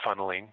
funneling